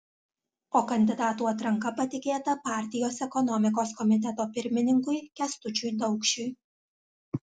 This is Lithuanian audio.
o kandidatų atranka patikėta partijos ekonomikos komiteto pirmininkui kęstučiui daukšiui